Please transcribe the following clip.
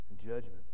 judgment